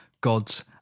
God's